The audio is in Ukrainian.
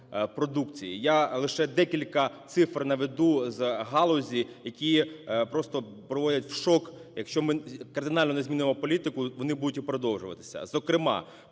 продукції. Я лише декілька цифр наведу з галузі, які просто провидять в шок, якщо ми кардинально не змінимо політику, вони будуть і продовжуватися. Зокрема,